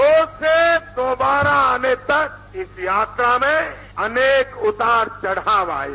दो से दोबारा आने तक इस यात्रा में अनेक उतार चढ़ाव आये